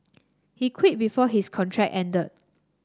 he quit before his contract ended